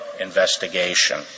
investigation